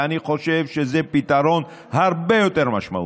ואני חושב שזה פתרון הרבה יותר משמעותי,